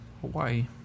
Hawaii